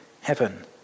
heaven